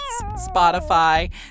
Spotify